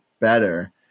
better